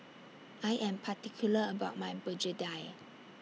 I Am particular about My Begedil